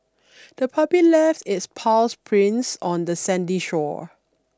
the puppy left its paws prints on the sandy shore